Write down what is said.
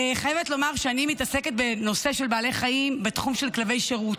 אני חייבת לומר שאני מתעסקת בנושא של בעלי חיים בתחום של כלבי שירות,